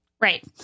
Right